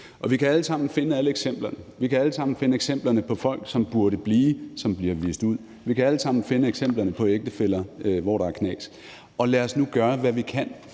Vi kan alle sammen finde alle eksemplerne. Vi kan alle sammen finde eksempler på folk, som burde blive, men som bliver vist ud. Vi kan alle sammen finde eksempler på ægtefæller, hvor der er knas. Og lad os nu gøre, hvad vi kan,